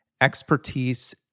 expertise